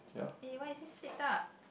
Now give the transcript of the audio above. eh why is this flipped up